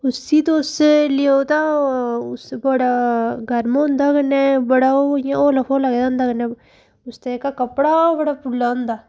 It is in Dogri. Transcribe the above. उसी तुस लेओ तां उस बड़ा गर्म होंदा कन्नै बड़ा ओह् इ'यां होला फोला जनेहा होंदा कन्नै उसदा कपड़ा ओह् बड़ा भुल्ला होंदा